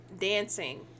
dancing